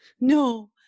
No